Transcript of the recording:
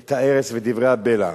את ההרס ודברי הבלע.